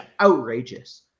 outrageous